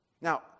Now